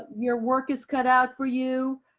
ah your work is cut out for you.